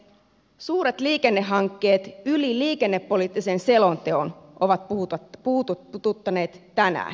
suuret liikennehankkeet yli liikennepoliittisen selonteon ovat puhututtaneet tänään